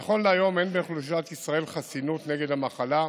נכון להיום אין באוכלוסיית ישראל חסינות נגד המחלה,